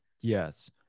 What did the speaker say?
Yes